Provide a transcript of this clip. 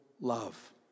love